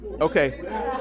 okay